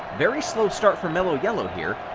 very slow start for mellow yellow here.